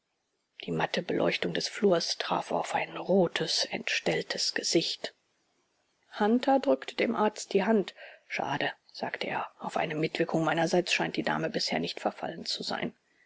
die matte beleuchtung des flurs traf auf ein rotes entstelltes gesicht hunter drückte dem arzt die hand schade sagte er auf eine mitwirkung meinerseits scheint die dame bisher nicht verfallen zu sein